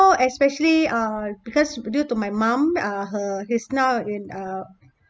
now especially uh because due to my mum uh her he's now in uh